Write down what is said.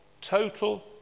total